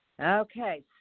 Okay